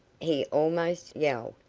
he almost yelled,